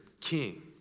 king